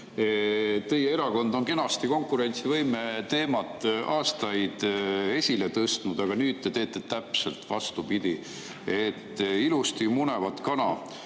Teie erakond on kenasti konkurentsivõime teemat aastaid esile tõstnud, aga nüüd te teete täpselt vastupidi: ilusti munevat kana